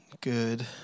good